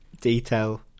detail